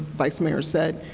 vice mayor said,